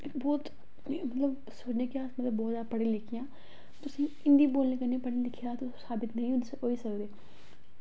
इक बौह्त मतलब कि अस बौह्त जादा पढ़े लिखे आं असेंगी हिंदी लिखने बोलने कन्नै पढ़ने लिखने ते साबित ते नेईं होई सकदे